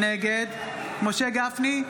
נגד משה גפני,